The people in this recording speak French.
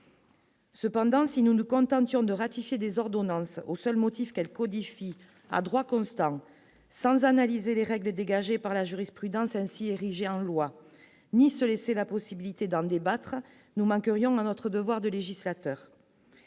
Cependant, si nous nous contentions de ratifier des ordonnances au seul motif qu'elle codifie à droit constant, sans analyser les règles dégagés par la jurisprudence ainsi érigée en loi ni se laisser la possibilité d'un débattre nous manquerions notre devoir de législateur